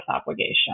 obligation